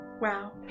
Wow